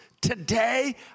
today